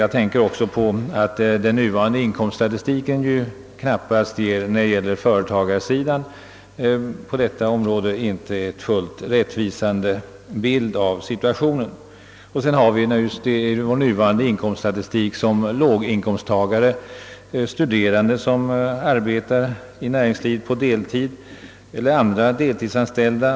Jag syftar på att den nuvarande in komststatistiken när det gäller företagarsidan knappast ger en fullt rättvisande bild av situationen på detta område. Vår nuvarande inkomststatistik upptar vidare såsom låginkomsttagare bl.a. studerande, vilka arbetar i näringslivet på deltid, och andra deltidsanställda.